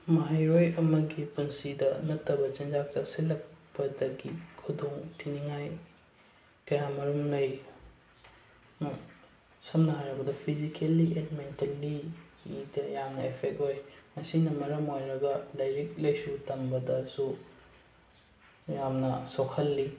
ꯃꯍꯩꯔꯣꯏ ꯑꯃꯒꯤ ꯄꯨꯟꯁꯤꯗ ꯅꯠꯇꯕ ꯆꯤꯟꯖꯥꯛ ꯆꯥꯁꯤꯜꯂꯛꯄꯗꯒꯤ ꯈꯨꯗꯣꯡꯊꯤꯅꯤꯉꯥꯏ ꯀꯌꯥꯃꯔꯨꯝ ꯂꯩ ꯁꯝꯅ ꯍꯥꯏꯔꯕꯗ ꯐꯤꯖꯤꯀꯦꯜꯂꯤ ꯑꯦꯟ ꯃꯦꯟꯇꯦꯜꯂꯤꯗ ꯌꯥꯝꯅ ꯑꯦꯐꯦꯛ ꯑꯣꯏ ꯑꯁꯤꯅ ꯃꯔꯝ ꯑꯣꯏꯔꯒ ꯂꯥꯏꯔꯤꯛ ꯂꯥꯏꯁꯨ ꯇꯝꯕꯗꯁꯨ ꯌꯥꯝꯅ ꯁꯣꯛꯍꯜꯂꯤ